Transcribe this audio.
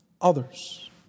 others